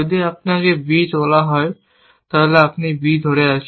যদি আপনাকে B তোলা হয় তাহলে আপনি B ধরে আছেন